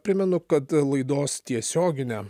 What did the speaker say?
primenu kad laidos tiesioginę